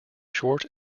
short